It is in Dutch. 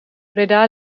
breda